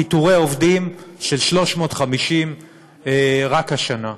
פיטורי עובדים, 350 רק השנה.